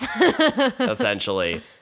Essentially